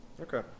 Okay